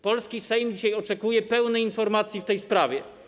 Polski Sejm dzisiaj oczekuje pełnej informacji w tej sprawie.